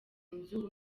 inzu